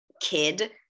kid